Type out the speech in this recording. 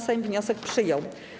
Sejm wniosek przyjął.